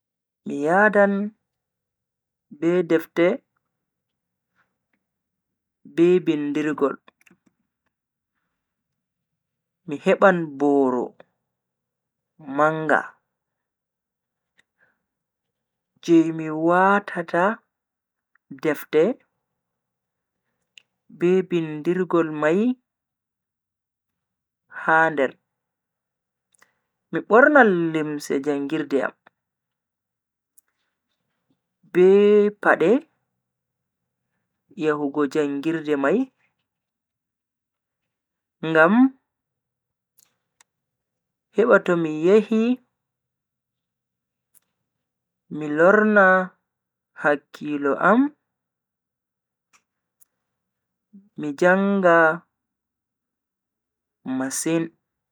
Mi yadan be defte be bindirgol. mi heban boro manga je mi watata defte be bindirgol mai ha nder. mi bornan limse jangirde am be pade yahugo jangirde mai ngam heba to mi yehi mi lorna hakkilo am mi janga masin.